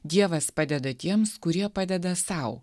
dievas padeda tiems kurie padeda sau